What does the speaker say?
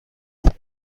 بگیره